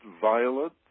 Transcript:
violent